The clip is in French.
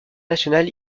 national